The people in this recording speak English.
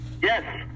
Yes